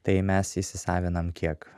tai mes įsisaviname kiek